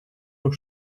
noch